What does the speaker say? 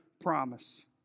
promise